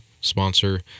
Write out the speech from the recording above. sponsor